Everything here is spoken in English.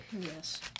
Yes